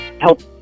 help